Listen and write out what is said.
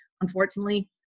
unfortunately